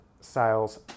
sales